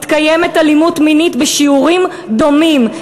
מתקיימת אלימות מינית בשיעורים דומים,